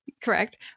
correct